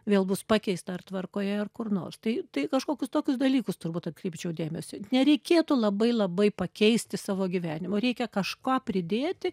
vėl bus pakeista ar tvarkoje ar kur nors tai tai kažkokius tokius dalykus turbūt atkreipčiau dėmesį nereikėtų labai labai pakeisti savo gyvenimo reikia kažką pridėti